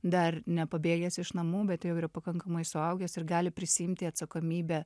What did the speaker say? dar nepabėgęs iš namų bet jau yra pakankamai suaugęs ir gali prisiimti atsakomybę